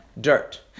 dirt